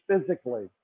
physically